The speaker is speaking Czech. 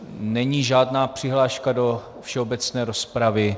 Není žádná přihláška do všeobecné rozpravy.